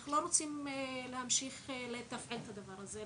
אך לא רוצים להמשיך לתפעל את הדבר הזה,